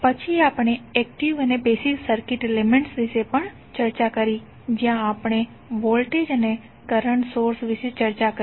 પછી આપણે એકટીવ અને પેસિવ સર્કિટ એલિમેન્ટ્સ વિશે ચર્ચા કરી જ્યાં આપણે વોલ્ટેજ અને કરંટ સોર્સ વિશે ચર્ચા કરી